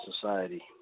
society